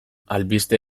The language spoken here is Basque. albiste